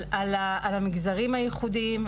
על המגזרים הייחודיים,